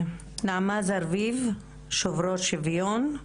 נעמה זרביב, "שוברות שוויון"